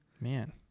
Man